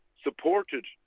supported